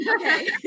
okay